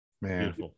Man